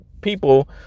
people